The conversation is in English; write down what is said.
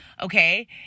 Okay